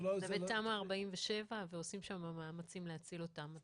זה בתמ"א 47 ועושים שם מאמצים להציל אותם.